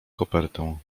kopertę